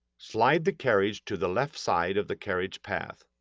slide the carriage to the left side of the carriage path.